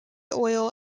oil